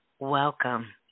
Welcome